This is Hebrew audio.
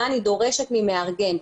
מה אני דורשת ממארגן,